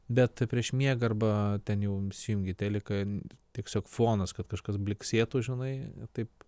bet prieš miegą arba ten jau įsijungi teliką tiesiog fonas kad kažkas blyksėtų žinai taip